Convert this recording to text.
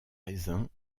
raisin